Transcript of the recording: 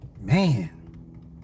man